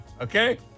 Okay